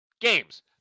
games